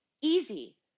easy